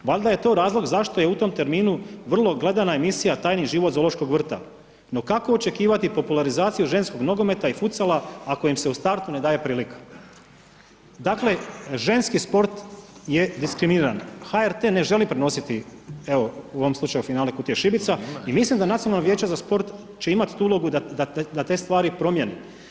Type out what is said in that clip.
Valjda je to razlog zašto je u tom terminu vrlo gledana emisija Tajni život zoološkog vrta, no kako očekivati popularizaciju ženskog nogometa i …/nerazumljivo/… ako im se u startu ne daje prilika.“ Dakle, ženski sport je diskriminiran, HRT ne želi prenositi evo u ovom slučaju finale Kutije šibica i mislim da Nacionalno vijeće za sport će imati tu da te stvari promijeni.